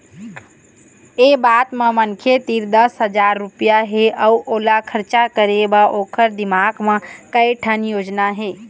ए बात म मनखे तीर दस हजार रूपिया हे अउ ओला खरचा करे बर ओखर दिमाक म कइ ठन योजना हे